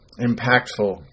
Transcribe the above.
impactful